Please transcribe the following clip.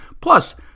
plus